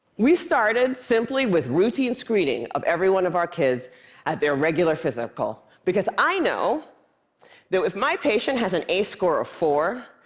we started simply with routine screening of every one of our kids at their regular physical, because i know that if my patient has an ace score of four,